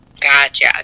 Gotcha